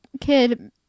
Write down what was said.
kid